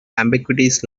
ambiguities